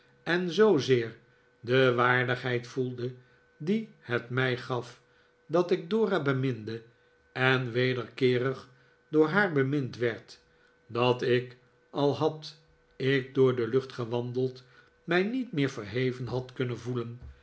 en zoozeer de waardigheid voelde die het mij gaf dat ik dora beminde en wederkeerig door haar bernihd werd dat ik al had ik door de lucht gewandeld mij niet meer verheven had kunnen vqelen